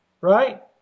right